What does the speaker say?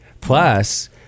Plus